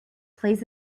plays